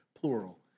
plural